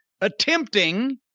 attempting